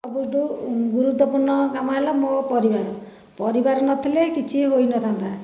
ସବୁଠାରୁ ଗୁରୁତ୍ୱପୂର୍ଣ୍ଣ କାମ ହେଲା ମୋ ପରିବାର ପରିବାର ନଥିଲେ କିଛି ହୋଇନଥାନ୍ତା